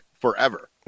forever